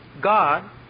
God